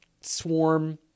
swarm